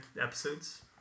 episodes